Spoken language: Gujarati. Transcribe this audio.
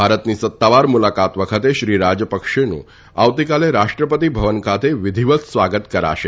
ભારતની સત્તાવાર મુલાકાત વખતે શ્રી રાજપક્ષેનું આવતીકાલે રાષ્ટ્રપતિ ભવન ખાતે વિધિવત સ્વાગત કરાશે